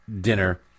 dinner